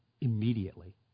Immediately